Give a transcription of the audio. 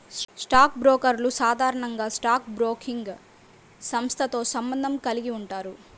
stock బ్రోకర్లు సాధారణంగా stock broking సంస్థతో సంబంధం కలిగి ఉంటారు